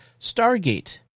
Stargate